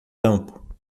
campo